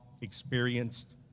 experienced